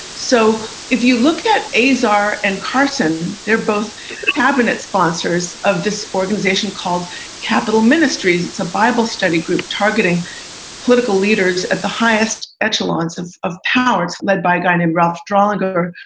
so if you look at azar and carson, they're both cabinet sponsors of this organization called capital ministries. it's a bible study group targeting political leaders at the highest echelons of of power. it's led by a guy named ralph stronger,